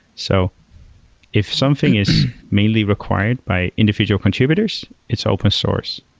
so if something is mainly required by individual contributors, it's open source.